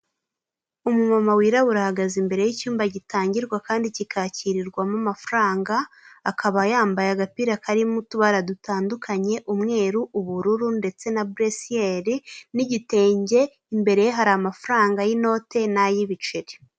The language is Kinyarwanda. Umumama wirabura ahagaze imbere y'icyumba gitangirwa kandi kikakirirwamo amafaranga, akaba yambaye agapira karimo utubara dutandukanye: umweru, ubururu ndetse na buresiyeri n'igitenge imbere ye hari amafaranga y'inote nayibiceri.